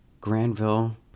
Granville